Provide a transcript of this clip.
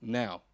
now